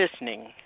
listening